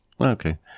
okay